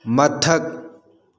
ꯃꯊꯛ